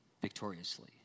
victoriously